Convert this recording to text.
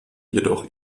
jedoch